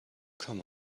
come